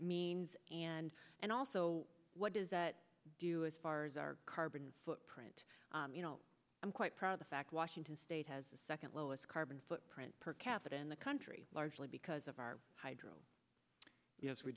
means and and also what does that do as far as our carbon footprint you know i'm quite proud of the fact washington state has the second lowest carbon footprint per capita in the country largely because of our hydro yes we